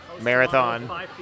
marathon